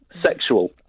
Sexual